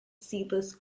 seedless